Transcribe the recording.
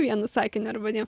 vienu sakiniu arba dviem